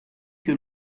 que